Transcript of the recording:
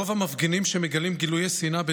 רוב המפגינים שמגלים גילויי שנאה,